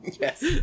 Yes